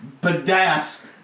Badass